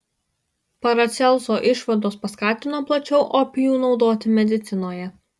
paracelso išvados paskatino plačiau opijų naudoti medicinoje